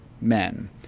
men